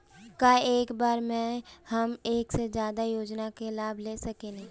का एक बार में हम एक से ज्यादा योजना का लाभ ले सकेनी?